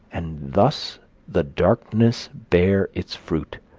and thus the darkness bear its fruit,